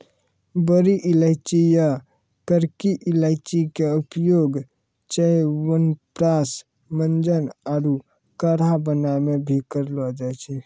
बड़ी इलायची या करकी इलायची के उपयोग च्यवनप्राश, मंजन आरो काढ़ा बनाय मॅ भी करलो जाय छै